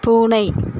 பூனை